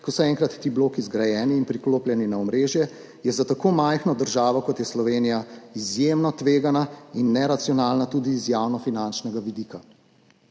ko so enkrat ti bloki zgrajeni in priklopljeni na omrežje, je za tako majhno državo, kot je Slovenija, izjemno tvegana in neracionalna tudi z javnofinančnega vidika.